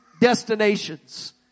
destinations